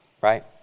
right